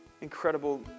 incredible